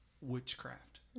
Witchcraft